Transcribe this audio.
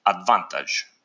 advantage